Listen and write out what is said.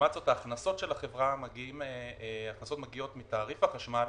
לעומת זאת, ההכנסות של החברה מגיעות מתעריף החשמל